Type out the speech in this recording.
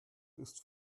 ist